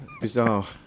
Bizarre